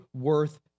worth